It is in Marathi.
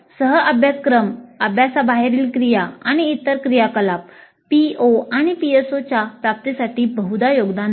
सह अभ्यासक्रम अभ्यासाबाहेरील क्रिया आणि इतर क्रियाकलाप PO आणि PSOच्या प्राप्तीसाठी बहुदा योगदान देतात